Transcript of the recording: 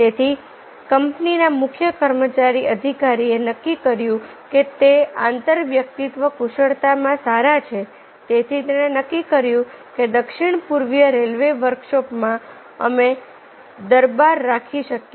તેથી કંપનીના મુખ્ય કર્મચારી અધિકારીએ નક્કી કર્યું કે તે આંતરવ્યક્તિત્વ કુશળતામાં સારા છે તેથી તેણે નક્કી કર્યું કે દક્ષિણપૂર્વીય રેલ્વે વર્કશોપમાં અમે દરબાર રાખી શકીએ